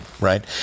right